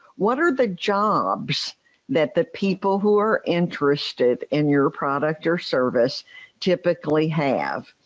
what are the jobs that the people who are interested in your product or service typically have.